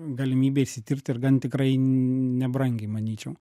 galimybę išsitirt ir gan tikrai nebrangiai manyčiau